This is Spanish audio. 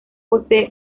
posee